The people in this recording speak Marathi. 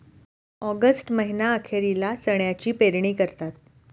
ऑगस्ट महीना अखेरीला चण्याची पेरणी करतात